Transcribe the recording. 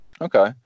Okay